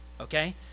Okay